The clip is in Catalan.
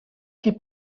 qui